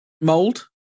mold